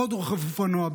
עוד רוכב אופנוע,